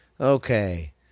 Okay